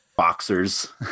boxers